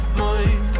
mind